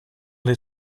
les